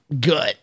Good